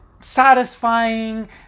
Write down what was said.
satisfying